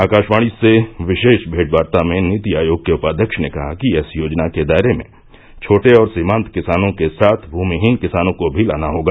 आकाशवाणी से विशेष भेंटवार्ता में नीति आयोग के उपाध्यक्ष ने कहा कि ऐसी योजना के दायरे में छोटे और सीमांत किसानों के साथ भूमिहीन किसानों को भी लाना होगा